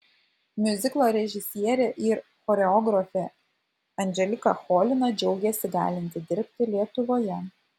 miuziklo režisierė ir choreografė anželika cholina džiaugėsi galinti dirbti lietuvoje